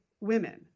women